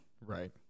Right